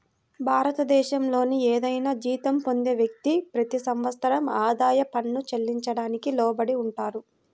భారతదేశంలోని ఏదైనా జీతం పొందే వ్యక్తి, ప్రతి సంవత్సరం ఆదాయ పన్ను చెల్లించడానికి లోబడి ఉంటారు